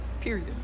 period